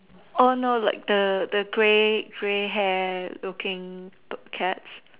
oh no like the the gray gray hair looking cats